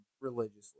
religiously